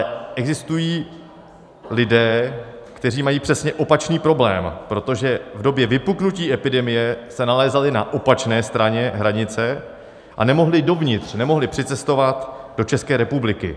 Ale existují lidé, kteří mají přesně opačný problém, protože se v době vypuknutí epidemie nalézali na opačné straně hranice a nemohli dovnitř, nemohli přicestovat do České republiky.